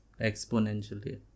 exponentially